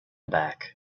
back